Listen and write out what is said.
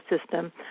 system